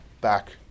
back